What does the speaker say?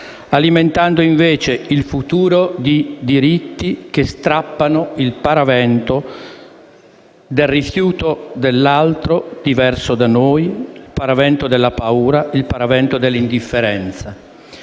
alimentando invece il futuro di diritti che strappano il paravento del rifiuto dell'altro diverso da noi, il paravento della paura, il paravento dell'indifferenza.